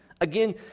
Again